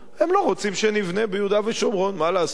הם לא רוצים שנבנה ביהודה ושומרון, מה לעשות?